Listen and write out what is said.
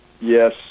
Yes